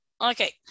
Okay